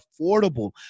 affordable